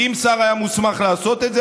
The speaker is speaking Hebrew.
כי אם שר היה מוסמך לעשות את זה,